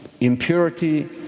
impurity